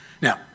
Now